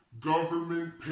government